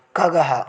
खगः